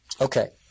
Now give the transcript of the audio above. Okay